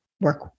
work